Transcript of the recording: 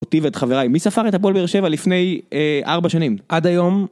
אותי ואת חבריי, מי ספר את הפועל באר שבע לפני ארבע שנים? עד היום...